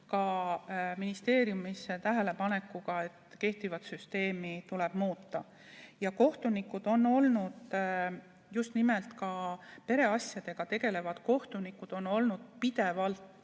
ka ministeeriumisse tähelepanekuga, et kehtivat süsteemi tuleb muuta. Kohtunikud, just nimelt pereasjadega tegelevad kohtunikud on olnud pidevalt